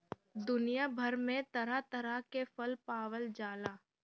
दुनिया भर में तरह तरह के फल पावल जाला